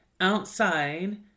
outside